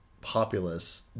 populace